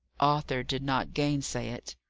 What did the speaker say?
arthur did not gainsay it.